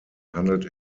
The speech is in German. handelt